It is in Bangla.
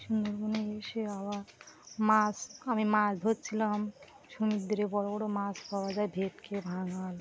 সুন্দরবনে এসে আবার মাছ আমি মাছ ধরছিলাম সমুদ্রে বড় বড় মাছ পাওয়া যায় ভেটকি ভাঙন